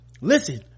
listen